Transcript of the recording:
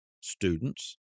students